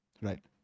Right